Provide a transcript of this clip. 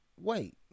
wait